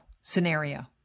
scenario